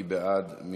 מי בעד?